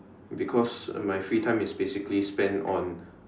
because my free time is basically spent on